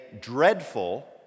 dreadful